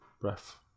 Breath